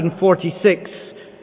146